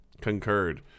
Concurred